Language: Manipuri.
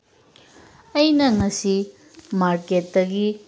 ꯑꯩꯅ ꯉꯁꯤ ꯃꯥꯔꯀꯦꯠꯇꯒꯤ